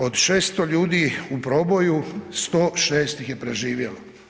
Od 600 ljudi u proboju, 106 ih je preživjelo.